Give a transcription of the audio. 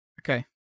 Okay